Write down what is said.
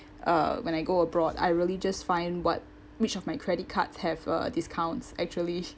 uh when I go abroad I really just find what which of my credit cards have uh discounts actually